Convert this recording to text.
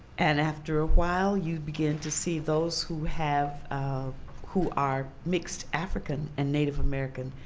and after a while, you begin to see those who have um who are mixed african and native american,